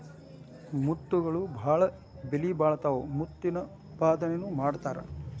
ಮುತ್ತುಗಳು ಬಾಳ ಬೆಲಿಬಾಳತಾವ ಮುತ್ತಿನ ಉತ್ಪಾದನೆನು ಮಾಡತಾರ